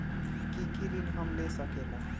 की की ऋण हम ले सकेला?